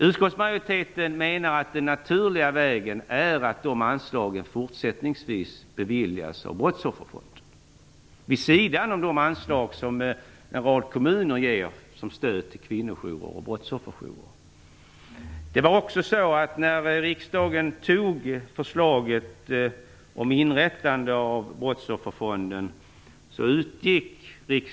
Utskottsmajoriteten menar att den naturliga vägen är att sådana anslag fortsättningsvis beviljas av Brottsofferfonden, vid sidan av de anslag som en rad kommuner ger som stöd till kvinnojourer och brottsofferjourer. Brottsofferfonden.